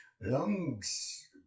lungs